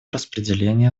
распределения